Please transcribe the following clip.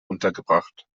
untergebracht